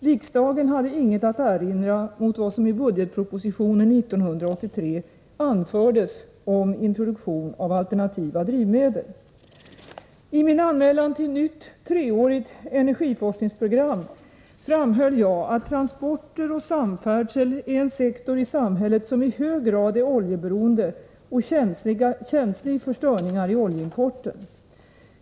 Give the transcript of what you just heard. Riksdagen hade inget att erinra mot vad som i budgetpropositionen 1983 anfördes om introduktion av alternativa drivmedel. I min anmälan till nytt treårigt energiforskningsprogram framhöll jag att transporter och samfärdsel är en sektor i samhället som i hög grad är oljeberoende och känslig för störningar i oljeimporten.